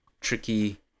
tricky